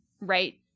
right